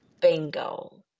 Bingo